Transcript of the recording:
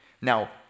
Now